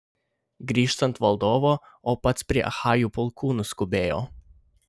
grįžtant valdovo o pats prie achajų pulkų nuskubėjo